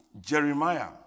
Jeremiah